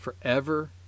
forever